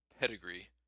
pedigree